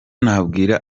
nabwira